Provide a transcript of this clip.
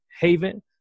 haven